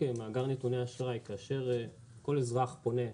מאגר נתוני אשראי כאשר כל אזרח פונה ומבקש,